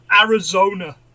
Arizona